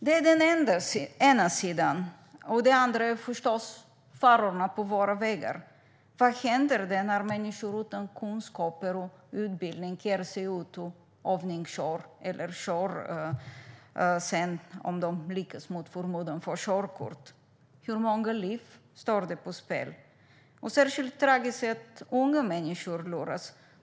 Det är den ena sidan. Den andra är förstås farorna på våra vägar: Vad händer när människor utan kunskaper och utbildning ger sig ut och övningskör eller kör, om de mot förmodan lyckas får körkort? Hur många liv står på spel? Särskilt tragiskt är det att unga människor luras.